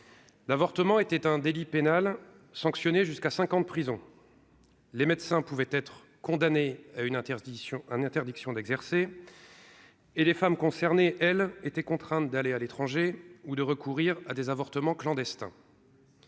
L'avortement était un délit pénal sanctionné jusqu'à 5 ans de prison les médecins pouvaient être condamné à une interdiction, interdiction d'exercer. Et les femmes concernées, elles étaient contraintes d'aller à l'étranger ou de recourir à des avortements clandestins.